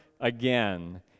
again